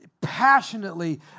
passionately